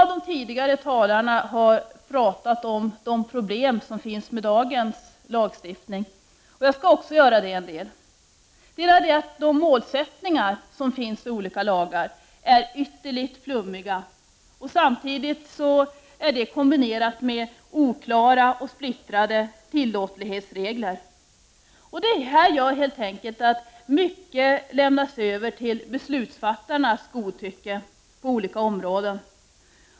Många tidigare talare har tagit upp de problem som finns i dagens lagstiftning, och det skall också jag i viss mån göra. De målsättningar som finns i olika lagar är ytterligt flummiga, och de är dessutom kombinerade med oklara och splittrade tillåtlighetsregler. Detta gör att mycket lämnas över till beslutsfattarnas godtycke på olika områden.